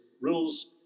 rules